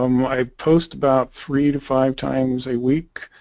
um my post about three to five times a week